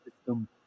system